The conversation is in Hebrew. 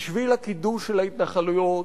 בשביל הקידוש של ההתנחלויות,